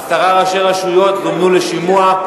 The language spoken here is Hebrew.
עשרה ראשי רשויות ערביות זומנו לשימוע,